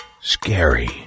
scary